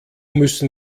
müssen